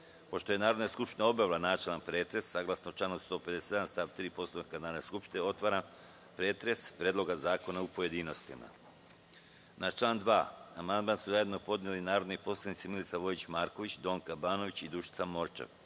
je Narodna skupština obavila načelni pretres, saglasno članu 157. stav 3. Poslovnika Narodne skupštine, otvaram pretres Predloga zakona u pojedinostima. Na član 2. amandman su zajedno podneli narodni poslanici Milica Vojić Marković, Donka Banović i Dušica